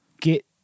get